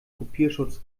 kopierschutz